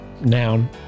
noun